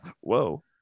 whoa